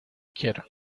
quiero